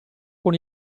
con